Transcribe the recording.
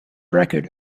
record